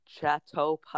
Chateau